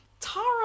Tara